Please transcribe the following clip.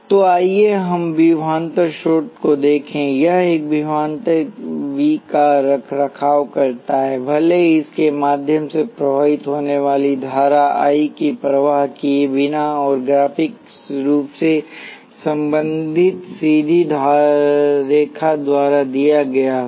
तो आइए हम विभवांतर स्रोत को देखें यह एक विभवांतर वी का रखरखाव करता है भले ही इसके माध्यम से प्रवाहित होने वाली धारा I की परवाह किए बिना और ग्राफिक रूप से संबंध सीधी रेखा द्वारा दिया गया हो